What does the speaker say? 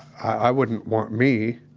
i wouldn't want me